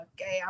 Okay